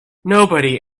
nobody